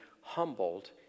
humbled